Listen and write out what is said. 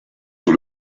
sur